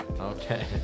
okay